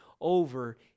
over